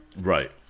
Right